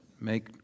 make